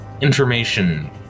information